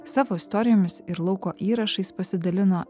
savo istorijomis ir lauko įrašais pasidalino